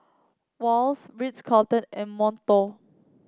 Wall's Ritz Carlton and Monto